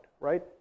right